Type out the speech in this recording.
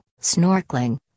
snorkeling